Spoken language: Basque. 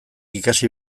ikasi